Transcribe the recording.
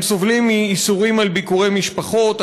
הם סובלים מאיסורים על ביקורי משפחות,